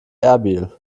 erbil